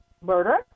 murder